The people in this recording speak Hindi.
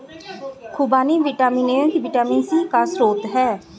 खूबानी विटामिन ए और विटामिन सी का स्रोत है